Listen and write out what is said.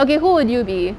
okay who would you be